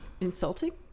insulting